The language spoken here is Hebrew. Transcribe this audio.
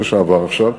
זה שעבר עכשיו,